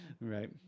Right